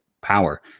power